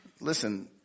Listen